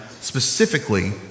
specifically